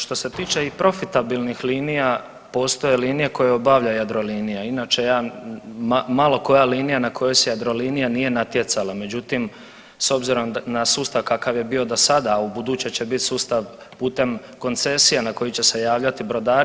Što se tiče i profitabilnih linija postoje linije koje obavlja Jadrolinija, inače ja, malo koja linija na kojoj se Jadrolinija nije natjecala, međutim s obzirom na sustav kakav je bio do sada, ubuduće će bit sustav putem koncesija na koji će se javljati brodari.